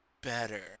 better